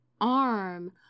arm